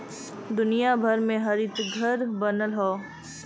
दुनिया भर में हरितघर बनल हौ